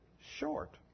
short